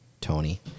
tony